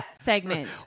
segment